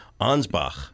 Ansbach